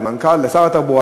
לשר התחבורה,